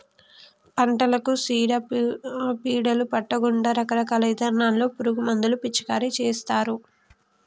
పంటలకు సీడ పీడలు పట్టకుండా రకరకాల ఇథానాల్లో పురుగు మందులు పిచికారీ చేస్తారు